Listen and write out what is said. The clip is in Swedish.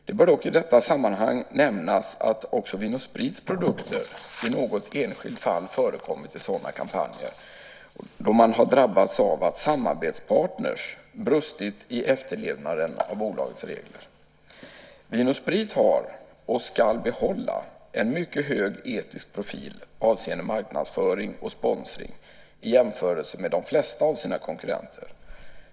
Det bör dock i detta sammanhang nämnas att också Vin & Sprits produkter i något enskilt fall förekommit i sådana kampanjer, då man har drabbats av att samarbetspartner brustit i efterlevnaden av bolagets regler. Vin & Sprit har, och ska behålla, en mycket hög etisk profil avseende marknadsföring och sponsring i jämförelse med de flesta av sina konkurrenter.